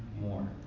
more